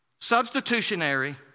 Substitutionary